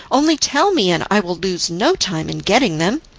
only tell me, and i will lose no time in getting them.